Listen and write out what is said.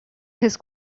his